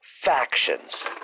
factions